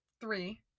Three